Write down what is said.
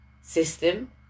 system